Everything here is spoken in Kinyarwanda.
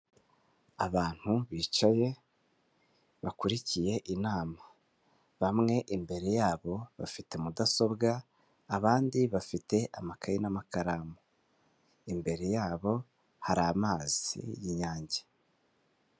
Abantu bicaye bakurikiye inama bamwe imbere yabo bafite mudasobwa abandi bafite amakaye n'amakaramu imbere yabo hari amazi y'inyange.